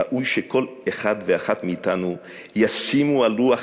ראוי שכל אחד ואחת מאתנו ישימו על לוח